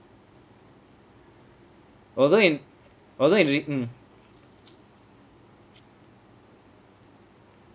although in although in ri~ mm